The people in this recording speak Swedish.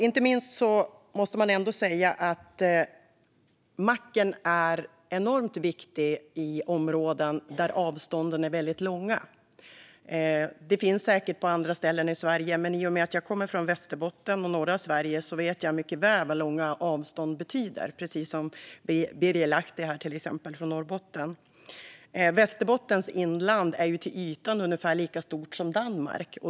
Inte minst måste man säga att macken är enormt viktig i områden där avstånden är väldigt långa. Detta gäller säkert även på andra ställen i Sverige, men i och med att jag kommer från Västerbotten och norra Sverige vet jag mycket väl vad långa avstånd betyder, precis som Birger Lahti från Norrbotten. Västerbottens inland är till ytan ungefär lika stort som Danmark.